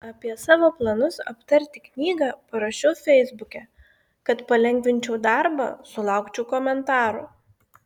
apie savo planus aptarti knygą parašiau feisbuke kad palengvinčiau darbą sulaukčiau komentarų